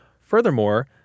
Furthermore